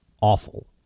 awful